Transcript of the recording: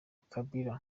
kabila